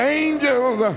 angels